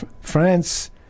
France